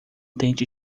tente